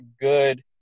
good